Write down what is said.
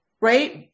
right